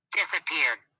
disappeared